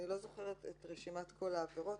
אני לא זוכרת את רשימת כל העבירות.